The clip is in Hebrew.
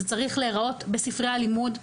זה צריך להיראות בספרי הלימוד.